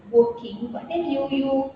working but then you you